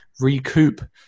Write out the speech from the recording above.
recoup